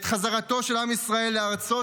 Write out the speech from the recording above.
את חזרתו של עם ישראל לארצו,